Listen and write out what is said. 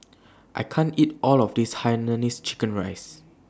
I can't eat All of This Hainanese Chicken Rice